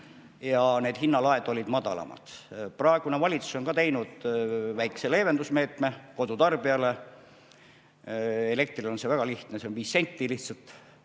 Ja need hinnalaed olid madalamad. Praegune valitsus on ka teinud väikese leevendusmeetme kodutarbijale. Elektrile on see väga lihtne, see on 5 senti